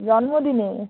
জন্মদিনের